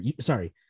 Sorry